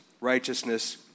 righteousness